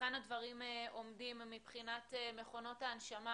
היכן הדברים עומדים מבחינת מכונות ההנשמה,